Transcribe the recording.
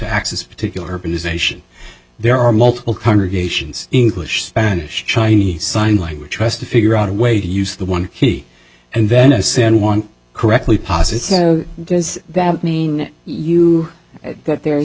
access a particular position there are multiple congregations english spanish chinese sign language trust to figure out a way to use the one he and venison want correctly posit so does that mean you that there's